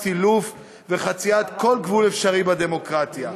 סילוף וחציית כל גבול אפשרי בדמוקרטיה.